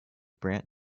brant